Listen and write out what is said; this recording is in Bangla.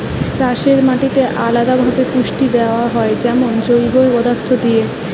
চাষের মাটিতে আলদা ভাবে পুষ্টি দেয়া যায় যেমন জৈব পদার্থ দিয়ে